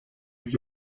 new